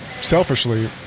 selfishly